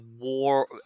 war